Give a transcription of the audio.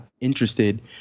interested